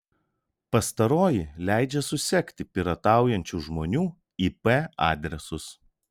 pastaroji leidžia susekti pirataujančių žmonių ip adresus